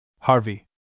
Harvey